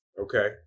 Okay